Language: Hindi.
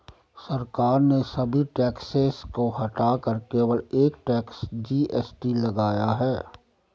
सरकार ने सभी टैक्सेस को हटाकर केवल एक टैक्स, जी.एस.टी लगाया है